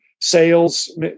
sales